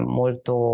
molto